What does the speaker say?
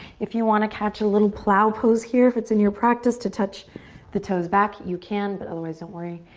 if you wanna catch a little plow pose here, if it's in your practice to touch the toes back, you can but otherwise, don't worry.